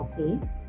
okay